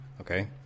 Okay